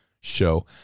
show